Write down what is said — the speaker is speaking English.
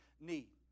need